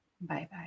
Bye-bye